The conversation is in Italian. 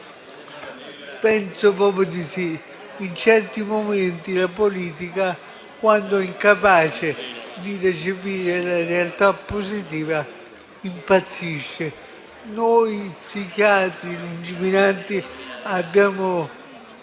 Penso proprio di sì. In certi momenti la politica, quando è incapace di recepire una realtà positiva, impazzisce. Noi psichiatri lungimiranti abbiamo